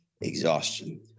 exhaustion